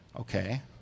okay